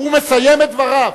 הוא מסיים את דבריו.